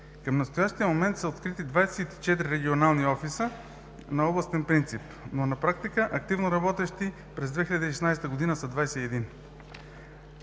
Към настоящия момент са разкрити 24 регионални офиса на областен принцип, но на практика активно работещи през 2016 г. са 21.